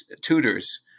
tutors